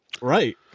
Right